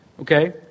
Okay